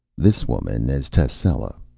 this woman is tascela,